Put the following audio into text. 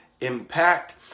impact